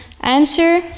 answer